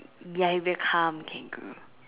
ya it will become a kangaroo